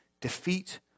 defeat